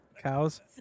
cows